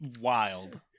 Wild